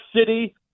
City